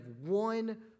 one